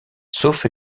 sauf